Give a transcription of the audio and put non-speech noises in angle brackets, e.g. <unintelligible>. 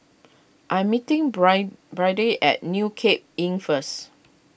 I'm meeting <unintelligible> Byrdie at New Cape Inn first